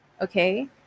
okay